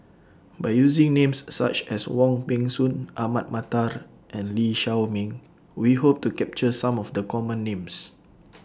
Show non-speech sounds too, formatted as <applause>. By using Names such as Wong Peng Soon Ahmad Mattar <noise> and Lee Shao Meng We Hope to capture Some of The Common Names <noise>